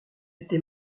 été